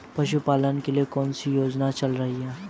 पशुपालन के लिए कौन सी योजना चल रही है?